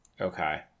Okay